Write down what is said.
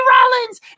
Rollins